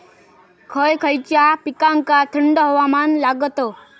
खय खयच्या पिकांका थंड हवामान लागतं?